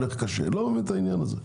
הולך בקושי אני לא מבין את העניין הזה.